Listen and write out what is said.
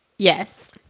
Yes